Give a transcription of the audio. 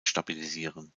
stabilisieren